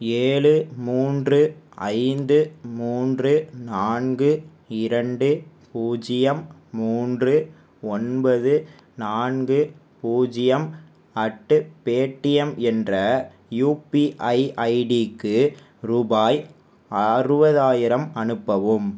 ஏழு மூன்று ஐந்து மூன்று நான்கு இரண்டு பூஜ்ஜியம் மூன்று ஒன்பது நான்கு பூஜ்ஜியம் அட் பேடிஎம் என்ற யூபிஐ ஐடிக்கு ரூபாய் அறுபதாயிரம் அனுப்பவும்